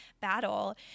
battle